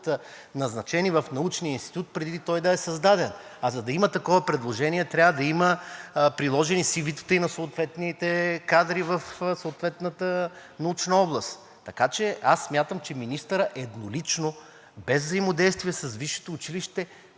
назначени в научния институт, преди той да е създаден. А за да има такова предложение, трябва да има приложени CV-тата и на съответните кадри в съответната научна област. Аз смятам, че министърът еднолично, без взаимодействие с